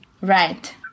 Right